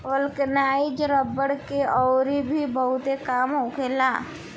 vulcanise रबड़ के अउरी भी बहुते काम होखेला